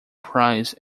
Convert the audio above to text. prize